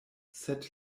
sed